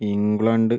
England